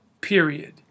period